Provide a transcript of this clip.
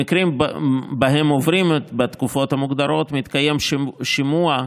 במקרים שבהם עוברים את התקופות המוגדרות מתקיים שימוע,